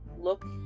look